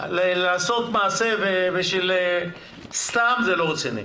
לעשות מעשה סתם זה לא רציני,